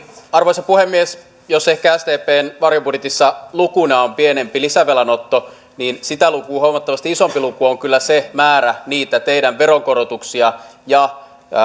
arvoisa puhemies jos ehkä sdpn varjobudjetissa lukuna on pienempi lisävelan otto niin sitä lukua huomattavasti isompi luku on kyllä se määrä niitä teidän veronkorotuksia ja